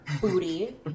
booty